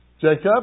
Jacob